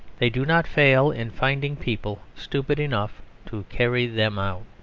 they do not fail in finding people stupid enough to carry them out.